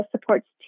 supports